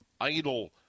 idle